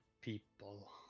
people